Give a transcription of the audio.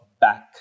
back